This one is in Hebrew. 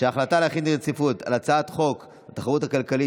רצונה להחיל דין רציפות על הצעת חוק התחרות הכלכלית